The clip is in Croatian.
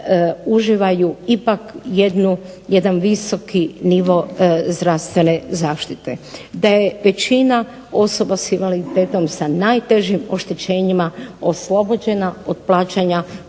uživaju ipak jedan visoki nivo zdravstvene zaštite te je većina osoba s invaliditetom sa najtežim oštećenjima oslobođena od plaćanja